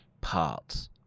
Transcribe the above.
parts